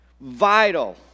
vital